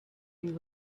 you